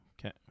okay